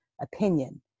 opinion